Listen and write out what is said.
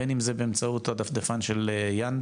בין אם זה באמצעות הדפדפן של Yandex,